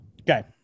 Okay